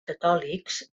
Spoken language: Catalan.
catòlics